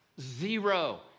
zero